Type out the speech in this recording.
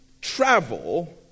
travel